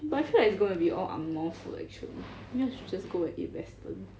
but I feel like it's gonna be all ang moh food actually maybe I should just and eat western